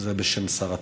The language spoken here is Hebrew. זה, בשם שר התקשורת.